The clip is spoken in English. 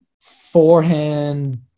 forehand